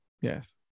yes